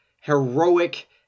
heroic